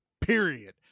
period